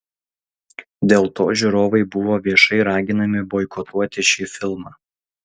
dėl to žiūrovai buvo viešai raginami boikotuoti šį filmą